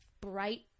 bright